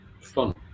fun